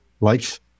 life